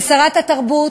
כשרת התרבות,